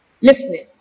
Listening